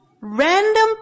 Random